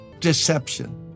Deception